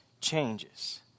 changes